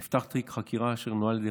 נפתח תיק חקירה שנוהל על ידי